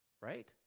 right